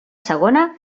segona